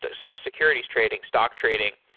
ah so securities trading, stock trading,